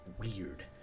weird